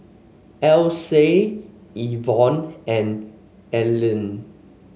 Alyse Ivor and Alene